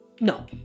no